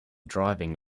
driving